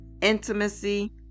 intimacy